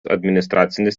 administracinis